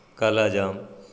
काला जााम